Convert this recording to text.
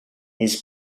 his